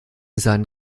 seinen